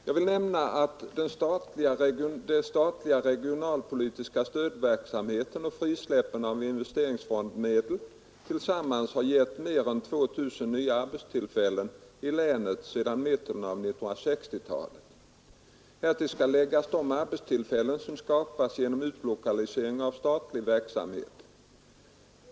Jag vill nämna att den statliga regionalpolitiska stödverksamheten och frisläppen av investeringsfondsmedel tillsammans har gett mer än 2 000 nya arbetstillfällen i länet sedan mitten av 1960-talet. Härtill skall läggas de arbetstillfällen som skapas genom utlokaliseringen av statlig verksamhet.